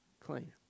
clean